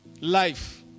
life